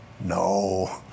No